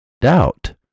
doubt